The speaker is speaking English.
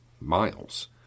miles